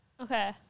Okay